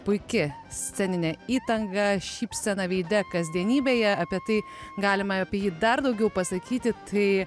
puiki sceninė įtanga šypsena veide kasdienybėje apie tai galima apie jį dar daugiau pasakyti tai